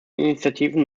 initiativen